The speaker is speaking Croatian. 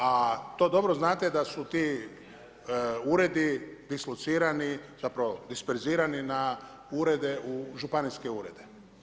A to dobro znate, da su ti uredi dislocirani, zapravo disperzirani na urede u, županijske urede.